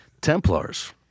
Templars